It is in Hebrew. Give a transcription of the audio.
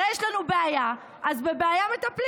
הרי יש לנו בעיה, אז בבעיה מטפלים.